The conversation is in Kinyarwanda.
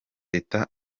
teta